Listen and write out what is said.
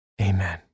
Amen